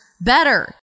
better